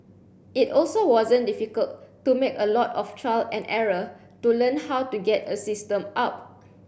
it also wasn't difficult to make a lot of trial and error to learn how to get a system up